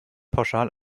pauschal